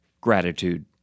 gratitude